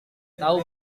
tahu